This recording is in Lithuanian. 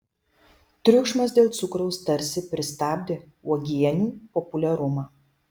triukšmas dėl cukraus tarsi pristabdė uogienių populiarumą